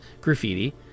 graffiti